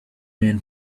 man